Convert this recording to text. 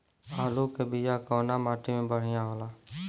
आलू के बिया कवना माटी मे बढ़ियां होला?